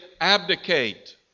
abdicate